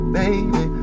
Baby